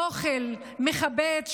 אוכל מכבד,